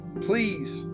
Please